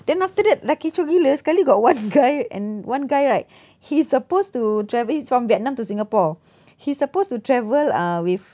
then after dah kecoh gila sekali got one guy and one guy right he's supposed to travel he is from vietnam to singapore he supposed to travel uh with